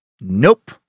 Nope